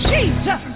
Jesus